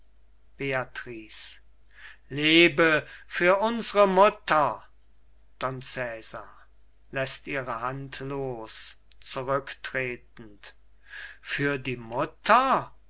lebe für unsre mutter don cesar läßt ihre hand los zurücktretend für die mutter